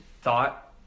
thought